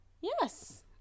yes